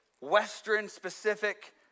Western-specific